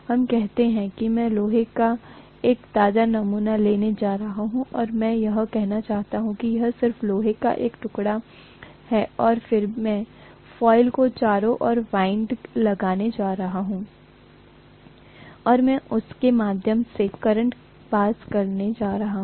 हम कहते हैं कि मैं लोहे का एक ताजा नमूना लेने जा रहा हूं और हमें यह कहना चाहिए कि यह सिर्फ लोहे का एक टुकड़ा है और फिर मैं कोइल के चारों ओर वाइन्ड लगाने जा रहा हूं और मैं इसके माध्यम से एक करंट पास करने जा रहा हूं